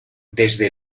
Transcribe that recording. desde